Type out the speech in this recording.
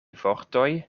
vortoj